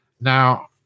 Now